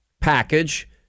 package